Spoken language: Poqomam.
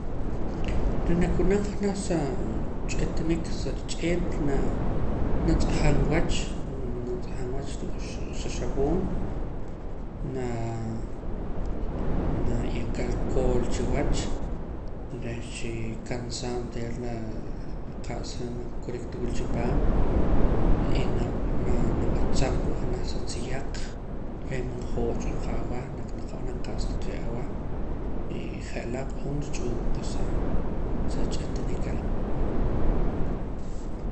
Reh nakunam janaj saa ch'etanik sa rich'eet naa natz'ajam wach natz'ajam wach ruu' sa xab'oon naa naye'emka alcool chiwach reh chii kansaa onteer laa qa'sa man kurik ta wul chipaam y naa na nab'atzam ruu' janaj sa tziyaq reh man jooch'wa qa awah naq naqab'anam qa's taqee' awah y je'laa q'uun rich'uuwqa saa sa ch'etanik are'